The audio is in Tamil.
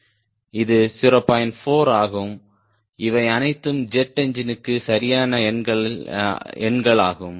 4 ஆகும் இவை அனைத்தும் ஜெட் என்ஜினுக்கு சரியான எண்கள் ஆகும்